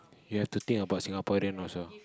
you have to think about Singapore then also